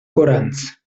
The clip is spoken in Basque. gorantz